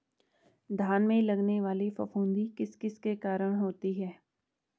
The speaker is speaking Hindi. धान में लगने वाली फफूंदी किस किस के कारण होती है?